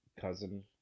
cousin